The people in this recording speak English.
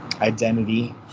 identity